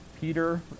Peter